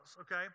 okay